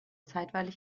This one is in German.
zeitweilig